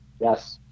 Yes